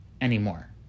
anymore